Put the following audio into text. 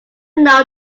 know